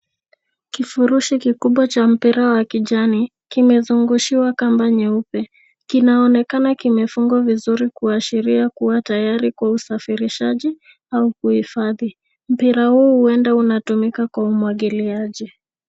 Kifurushi kikubwa cha mpira wa kijani kimezungushiwa kamba nyeupe. Kinaonekana kimefungwa vizuri kuashiria kuwa tayari kwa usafirishaji au kuhifadhi. Mpira huu huenda unatumika kwa umwagiliaji.